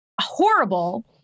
horrible